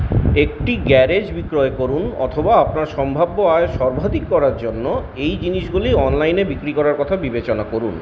একটি গ্যারেজ বিক্রয় করুন অথবা আপনার সম্ভাব্য আয় সর্বাধিক করার জন্য এই জিনিসগুলি অনলাইনে বিক্রি করার কথা বিবেচনা করুন